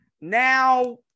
Now